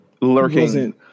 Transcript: Lurking